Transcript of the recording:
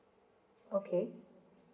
okay